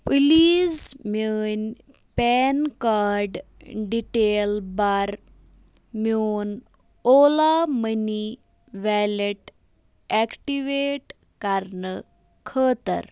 please میٛٲنۍ PAN card detail بَر میون اولا مٔنی ویلٮ۪ٹ اٮ۪کٹِویٹ کرنہٕ خٲطر